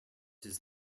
his